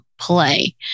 play